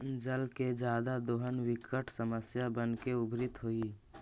जल के जादे दोहन विकट समस्या बनके उभरित हई